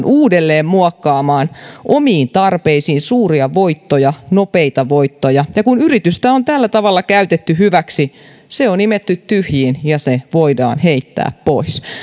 uudelleen muokkaamaan omiin tarpeisiinsa suuria voittoja nopeita voittoja ja kun yritystä on tällä tavalla käytetty hyväksi se on imetty tyhjiin ja se voidaan heittää pois